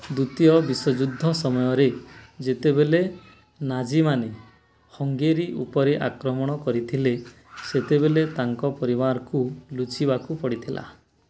ଦୁତୀୟ ବିଶ୍ୱଯୁଦ୍ଧ ସମୟରେ ଯେତେବେଳେ ନାଜିମାନେ ହଙ୍ଗେରୀ ଉପରେ ଆକ୍ରମଣ କରିଥିଲେ ସେତେବେଳେ ତାଙ୍କ ପରିବାରକୁ ଲୁଚିବାକୁ ପଡ଼ିଥିଲା